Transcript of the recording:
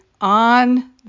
on